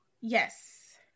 Yes